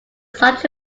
such